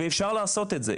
ואפשר לעשות את זה,